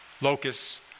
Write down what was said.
locusts